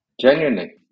Genuinely